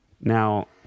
now